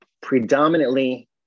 predominantly